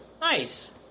nice